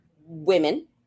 women